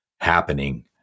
happening